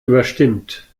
überstimmt